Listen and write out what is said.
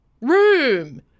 room